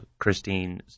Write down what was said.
Christine